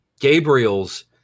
Gabriel's